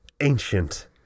ancient